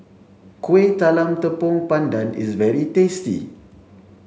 Kuih Talam Tepong Pandan is very tasty